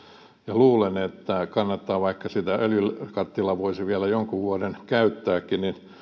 luulen että vaikka sitä öljykattilaa voisi vielä jonkun vuoden käyttääkin niin